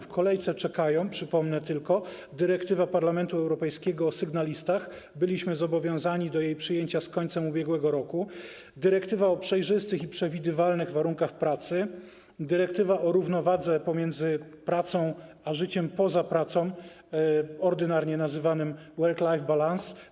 W kolejce czekają, przypomnę tylko, dyrektywa Parlamentu Europejskiego o sygnalistach - byliśmy zobowiązani do jej przyjęcia z końcem ubiegłego roku - dyrektywa o przejrzystych i przewidywalnych warunkach pracy, dyrektywa o równowadze pomiędzy pracą a życiem poza pracą, ordynarnie nazywanej work-life balance.